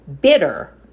bitter